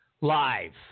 live